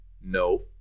No